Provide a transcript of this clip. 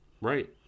Right